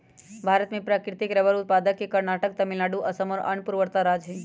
भारत में प्राकृतिक रबर उत्पादक के कर्नाटक, तमिलनाडु, असम और अन्य पूर्वोत्तर राज्य हई